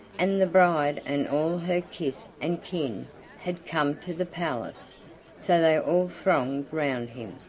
and the bride and all her kith and kin had come to the palace so they all thronged round him,